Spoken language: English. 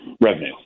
revenue